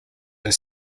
were